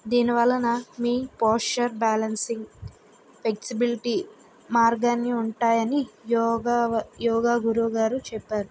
దీనివలన మీ posture balancing flexibility మార్గాన్ని ఉంటాయని యోగ యోగ గురువుగారు చెప్పారు